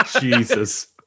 Jesus